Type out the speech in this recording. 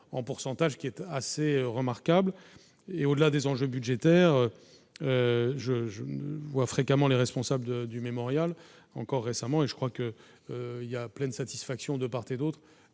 en pourcentage qui est assez remarquable et au-delà des enjeux budgétaires, je ne vois fréquemment les responsables de du mémorial encore récemment et je crois que il y a plein de satisfactions de part et d'autre,